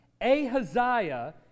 Ahaziah